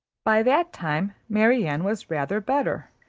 by that time, marianne was rather better,